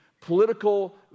political